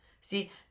See